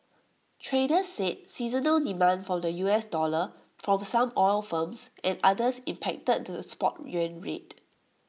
traders said seasonal demand for the U S dollar from some oil firms and others impacted to the spot yuan rate